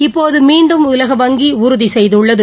இப்போதுமீண்டும் உலக வங்கிஉறுதிசெய்துள்ளது